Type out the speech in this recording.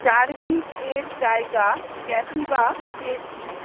চারভিক এর জায়গায় কপিভা পেয়েছি